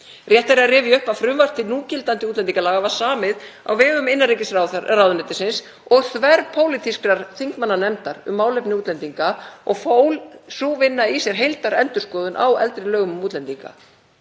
Rétt er að rifja upp að frumvarp til núgildandi útlendingalaga var samið á vegum innanríkisráðuneytisins og þverpólitískrar þingmannanefndar um málefni útlendinga og fól sú vinna í sér heildarendurskoðun á eldri lögum um útlendinga.